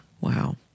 Wow